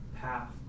path